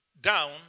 down